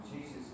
Jesus